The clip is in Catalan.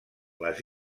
les